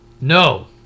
no